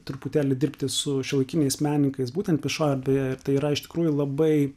truputėlį dirbti su šiuolaikiniais menininkais būtent viešoj erdvėj tai yra iš tikrųjų labai